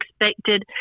expected